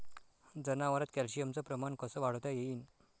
जनावरात कॅल्शियमचं प्रमान कस वाढवता येईन?